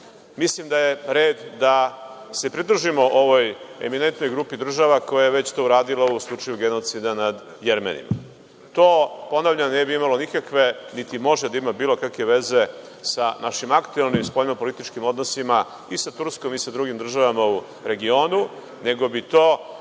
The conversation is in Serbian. mislim da je red da se pridružimo ovoj eminentnoj grupi država koje su to već uradile u slučaju genocida nad Jermenima. To, ponavljam, ne bi imalo nikakve, niti može da ima bilo kakve veze sa našim aktuelnim spoljnopolitičkim odnosima i sa Turskom i sa drugim državama u regionu, nego bi to